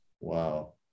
Wow